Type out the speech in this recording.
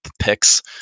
picks